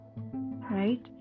Right